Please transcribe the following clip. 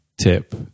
tip